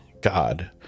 God